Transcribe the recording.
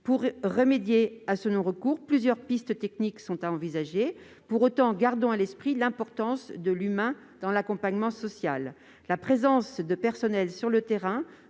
Pour remédier à ce non-recours, plusieurs pistes techniques sont à envisager. Pour autant, gardons à l'esprit l'importance de l'humain dans l'accompagnement social. La présence de personnel sur le terrain,